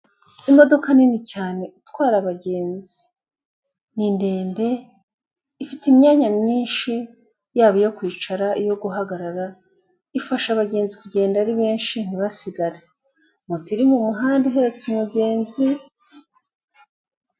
Imodoka nini cyane itwara abagenzi ni ndende ifite imyanya myinshi yaba iyo kwicara, iyo guhagarara, ifasha abagenzi kugenda ari benshi ntibasigare. Moto iri mu muhanda uhitse umugenzi.